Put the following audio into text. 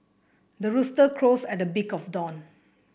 the rooster crows at the break of dawn